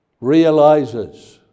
realizes